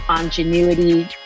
ingenuity